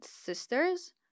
sisters